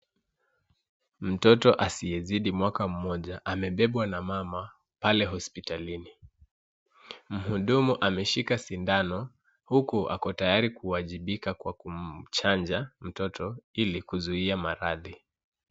Mtoto asiyezidi mwaka mmoja, amebebwa na mama pale hospitalini. Mhudumu ameshika sindano, huku ako tayari kuwajibika kwa kumchanja mtoto ili kuzuia maradhi.